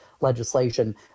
legislation